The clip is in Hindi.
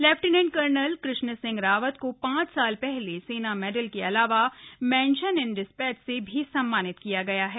लेफ्टिनेंट कर्नल कृष्ण सिंह रावत को पांच साल पहले सेना मेडल के अलावा मेन्शन इन डिस्पैचेस से भी सम्मानित किया गया है